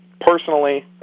Personally